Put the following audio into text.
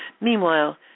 Meanwhile